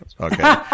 Okay